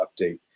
update